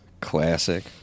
Classic